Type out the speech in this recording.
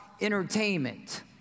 entertainment